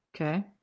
Okay